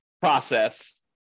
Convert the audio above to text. process